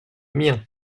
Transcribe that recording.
mien